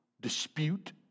dispute